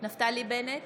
נפתלי בנט,